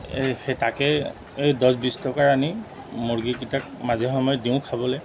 এই সেই তাকে এই দহ বিছ টকাৰ আনি মুৰ্গীকেইটাক মাজে সময়ে দিওঁ খাবলৈ